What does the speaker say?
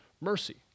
mercy